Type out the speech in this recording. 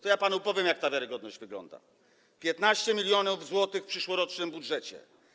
To ja panu powiem, jak ta wiarygodność wygląda - 15 mln zł w przyszłorocznym budżecie.